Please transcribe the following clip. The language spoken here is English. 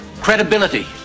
Credibility